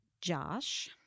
Josh